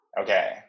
Okay